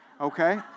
Okay